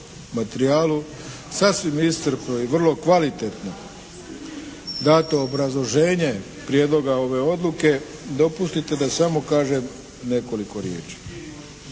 materijalnu sasvim iscrpno i vrlo kvalitetno dato obrazloženje prijedloga ove odluke, dopustite da samo kažem nekoliko riječi.